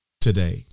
today